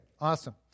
awesome